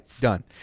Done